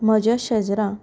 म्हज्या शेजरा